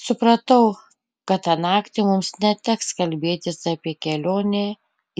supratau kad tą naktį mums neteks kalbėtis apie kelionę